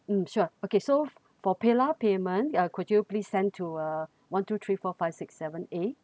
mm sure okay so for paylah payment uh could you please send to uh one two three four five six seven eight